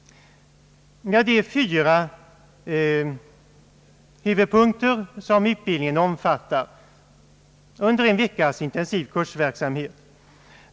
Utbildningen är indelad i fyra huvudavdelningar under en veckas intensiv kursverksamhet.